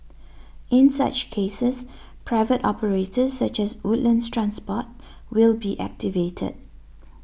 in such cases private operators such as Woodlands Transport will be activated